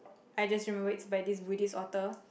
I just remembered it's by this Buddhist author